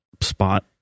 spot